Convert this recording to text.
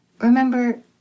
Remember